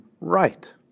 right